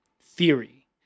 theory